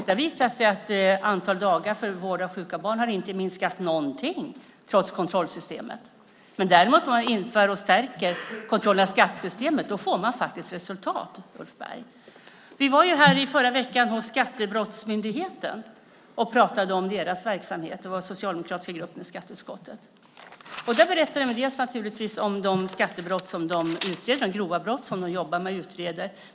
Det har visat sig att antalet dagar för vård av sjuka barn inte har minskat alls trots kontrollsystemet. Om man däremot inför och förstärker kontroll av skattesystemet får man faktiskt resultat, Ulf Berg. I förra veckan var vi hos Skattebrottsmyndigheten och pratade om deras verksamhet. Det var den socialdemokratiska gruppen i skatteutskottet. Där berättade man om de grova skattebrott som de jobbar med att utreda.